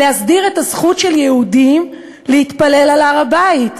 להסדיר את הזכות של יהודים להתפלל על הר-הבית,